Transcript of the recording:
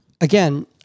again